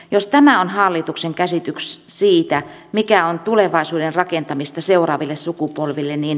jos tämä on hallituksen käsitys siitä mikä on tulevaisuuden rakentamista seuraaville sukupolville niin